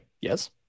Yes